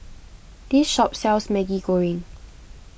this shop sells Maggi Goreng